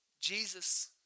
Jesus